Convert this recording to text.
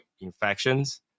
infections